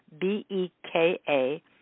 B-E-K-A